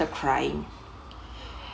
crying